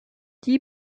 die